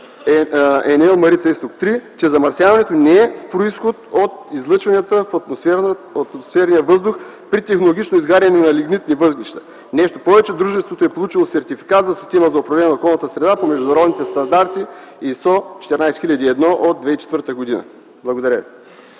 „Енел Марица изток 3” - че замърсяването не е с произход от излъчванията в атмосферния въздух при технологично изгаряне на лигнитни въглища? Нещо повече, дружеството е получило сертификат за системи за управление на околната среда по международните стандарти ИСО-1401 от 2004 г. Благодаря ви.